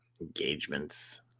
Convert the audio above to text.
Engagements